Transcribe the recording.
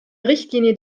richtlinie